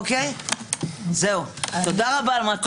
תודה רבה.